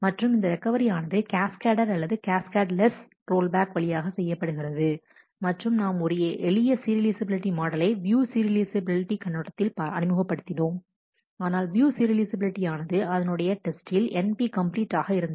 மற்றும் இந்த ரெக்கவரி ஆனது கேஸ் கேடட் அல்லது கேஸ்கேட்லெஸ் ரோல்பேக் வழியாக செய்யப்படுகிறது மற்றும் நாம் ஒரு எளிய சீரியலைஃசபிலிட்டி மாடலை வியூ சீரியலைஃசபில் கண்ணோட்டத்தில் அறிமுகப்படுத்தினோம் ஆனால் வியூ சீரியலைஃசபிலிட்டி ஆனது அதனுடைய டெஸ்டில் np கம்ப்ளீட் ஆக இருந்தது